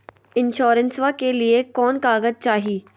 इंसोरेंसबा के लिए कौन कागज चाही?